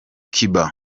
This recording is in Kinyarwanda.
cuba